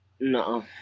No